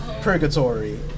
purgatory